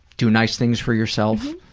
do nice things for yourself.